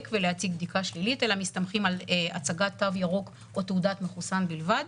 ולהציג בדיקה שלילית אלא מסתמכים על הצגת תו ירוק או תעודת מחוסן בלבד.